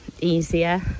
easier